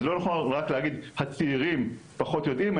אז לא נכון רק להגיד הצעירים פחות יודעים,